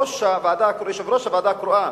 יושב-ראש הוועדה הקרואה,